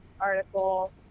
article